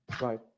Right